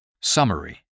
summary